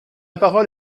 parole